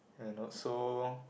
and not so